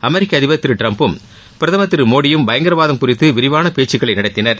அமெரிக்க அதிபர் திரு டிரம்பும் பிரதமர் திரு மோடியும் பயங்கரவாதம் குறித்து விரிவான பேச்சுக்களை நடத்தினர்